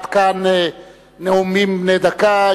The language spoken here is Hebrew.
עד כאן נאומים בני דקה.